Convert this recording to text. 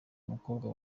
mukobwa